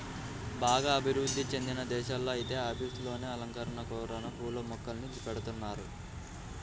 బాగా అభివృధ్ధి చెందిన దేశాల్లో ఐతే ఆఫీసుల్లోనే అలంకరణల కోసరం పూల మొక్కల్ని బెడతన్నారు